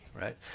right